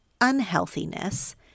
unhealthiness